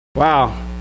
Wow